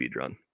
speedrun